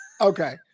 Okay